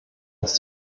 dass